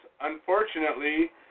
unfortunately